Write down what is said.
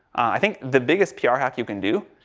i think the biggest pr hack you can do,